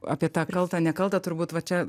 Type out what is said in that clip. apie tą kaltą nekaltą turbūt va čia